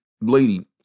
Lady